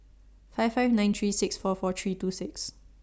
five five nine three six four four three two six